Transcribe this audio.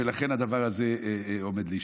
ולכן הדבר הזה עומד להשתנות.